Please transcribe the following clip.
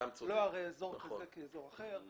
שלא הרי אזור כזה כאזור אחר.